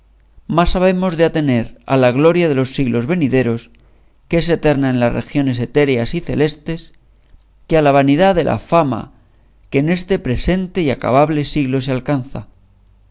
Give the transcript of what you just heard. más habemos de atender a la gloria de los siglos venideros que es eterna en las regiones etéreas y celestes que a la vanidad de la fama que en este presente y acabable siglo se alcanza